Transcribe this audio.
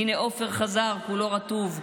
הינה, עופר חזר, כולו רטוב ממכת"זית.